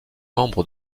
membres